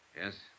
Yes